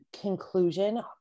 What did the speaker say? conclusion